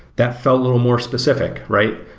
that fell a little more specific, right?